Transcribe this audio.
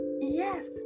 yes